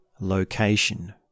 location